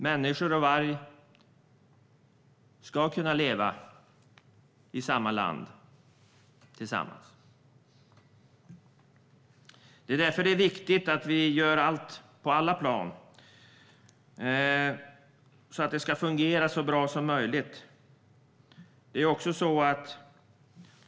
Människor och varg ska kunna leva tillsammans i samma land. Det är därför viktigt att vi gör allt på alla plan för att det ska fungera så bra som möjligt.